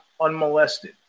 unmolested